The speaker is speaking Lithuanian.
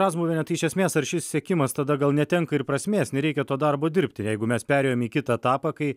razmuviene tai iš esmės ar šis sekimas tada gal netenka ir prasmės nereikia to darbo dirbti jeigu mes perėjom į kitą etapą kai